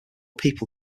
people